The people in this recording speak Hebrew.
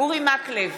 אורי מקלב,